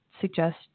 suggest